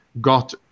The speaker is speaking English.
got